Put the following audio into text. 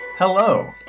Hello